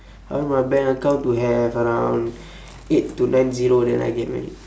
I want my bank account to have around eight to nine zero then I get married